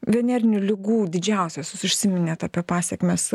venerinių ligų didžiausios jūs užsiminėte apie pasekmes